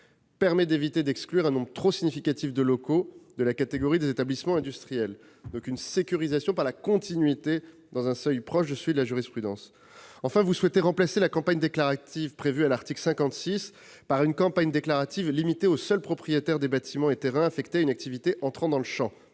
permet d'éviter d'exclure un nombre trop significatif de locaux de la catégorie des établissements industriels, et assure une certaine sécurisation, dans la continuité de la jurisprudence. Vous souhaitez enfin remplacer la campagne déclarative prévue à l'article 56 par une campagne déclarative limitée aux seuls propriétaires des bâtiments et terrains affectés à une activité entrant dans le champ